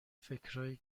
فکرایی